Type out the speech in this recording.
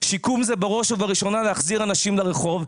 שיקום זה, בראש ובראשונה, להחזיר אנשים לרחוב.